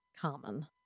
common